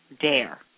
dare